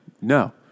no